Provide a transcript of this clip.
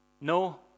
No